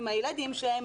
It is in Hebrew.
עם הילדים שלהם,